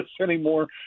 anymore